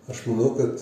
aš manau kad